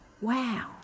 wow